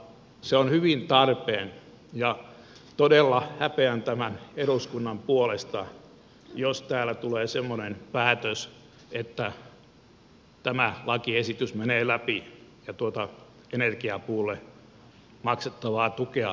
se on hyvin tarpeen ja todella häpeän tämän eduskunnan puolesta jos täällä tulee semmoinen päätös että tämä lakiesitys menee läpi ja tuota energiapuulle maksettavaa tukea leikataan